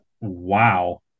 wow